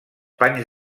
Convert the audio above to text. panys